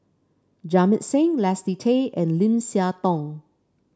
Jamit Singh Leslie Tay and Lim Siah Tong